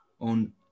on